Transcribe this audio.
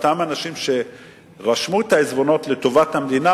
אותם אנשים שרשמו את העיזבונות לטובת המדינה